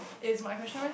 is my question meh